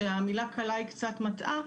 כשהמילה קלה היא קצת מטעה,